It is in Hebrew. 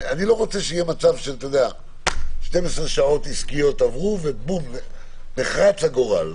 אני לא רוצה שיהיה מצב ש-12 שעות עסקיות עברו ונחרץ הגורל.